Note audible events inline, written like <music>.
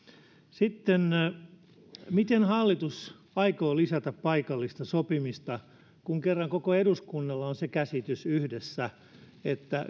sitten miten hallitus aikoo lisätä paikallista sopimista kun kerran koko eduskunnalla yhdessä on se käsitys että <unintelligible>